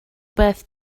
beth